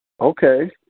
Okay